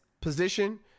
position